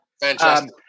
Fantastic